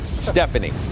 Stephanie